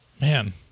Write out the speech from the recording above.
Man